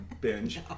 binge